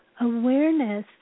Awareness